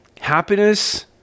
Happiness